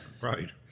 right